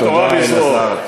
תודה, אלעזר.